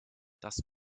das